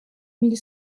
mille